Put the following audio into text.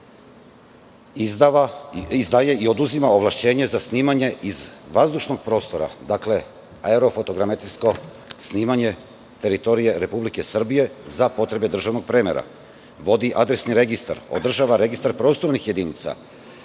izdaje i oduzima ovlašćenje za snimanje iz vazdušnog prostora, dakle, aerofotogrametrijsko snimanje teritorije Republike Srbije za potrebe državnog premera, vodi adresni registar, održava registar prostornih jedinica,